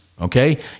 Okay